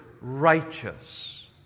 righteous